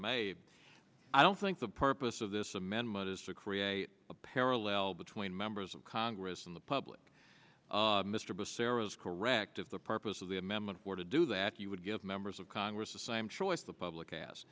may i don't think the purpose of this amendment is to create a parallel between members of congress and the public mr b'seros correct of the purpose of the amendment or to do that he would give members of congress the same choice the public asked